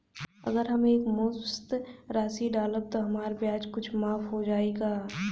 अगर हम एक मुस्त राशी डालब त हमार ब्याज कुछ माफ हो जायी का?